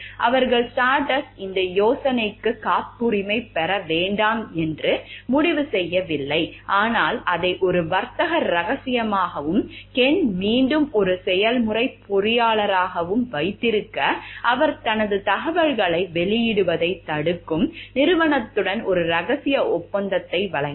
அவர்கள் ஸ்டார்டஸ்ட் இந்த யோசனைக்கு காப்புரிமை பெற வேண்டாம் என்று முடிவு செய்யவில்லை ஆனால் அதை ஒரு வர்த்தக ரகசியமாகவும் கென் மீண்டும் ஒரு செயல்முறை பொறியாளராகவும் வைத்திருக்க அவர் தனது தகவல்களை வெளியிடுவதைத் தடுக்கும் நிறுவனத்துடன் ஒரு ரகசிய ஒப்பந்தத்தை வழங்கினார்